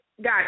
Got